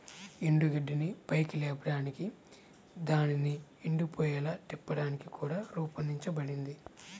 ఎండుగడ్డిని పైకి లేపడానికి దానిని ఎండిపోయేలా తిప్పడానికి కూడా రూపొందించబడింది